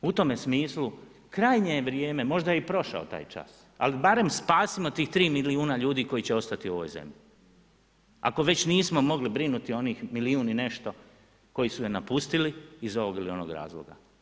U tome smislu krajnje je vrijeme, možda je i prošao taj čas, ali barem spasimo tih 3 milijuna ljudi koji će ostati u ovoj zemlji ako već nismo mogli brinuti o onih milijun i nešto koji su je napustili iz ovog ili onog razloga.